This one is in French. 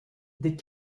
des